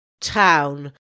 town